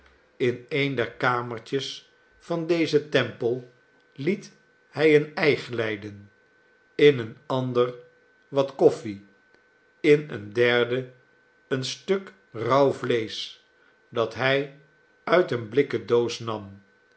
in een der kamertjes van dezen tempel liet hij een ei glijden in een ander wat koffie in een derde een stuk rauw vleesch dat hij uit eene blikken doos nam